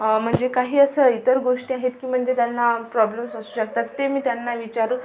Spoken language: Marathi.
म्हणजे काही असं इतर गोष्टी आहेत की म्हणजे त्यांना प्रॉब्लेम्स असू शकतात ते मी त्यांना विचारून